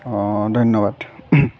অ' ধন্যবাদ